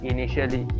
Initially